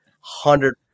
Hundred